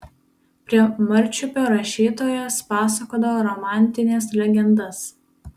prie marčiupio rašytojas pasakodavo romantines legendas